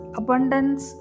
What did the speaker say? abundance